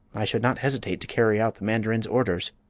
i should not hesitate to carry out the mandarin's orders.